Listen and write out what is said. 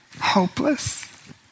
hopeless